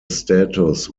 status